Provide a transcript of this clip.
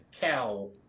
cow